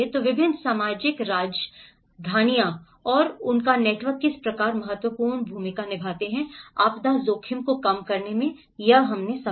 तो विभिन्न सामाजिक राजधानियाँ और उसका नेटवर्क किस प्रकार महत्वपूर्ण भूमिका निभाते हैं आपदा जोखिम को कम करना